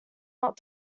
not